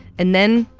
and then,